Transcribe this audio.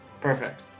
Perfect